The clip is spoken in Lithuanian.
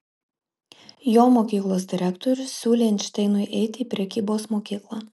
jo mokyklos direktorius siūlė einšteinui eiti į prekybos mokyklą